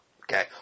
Okay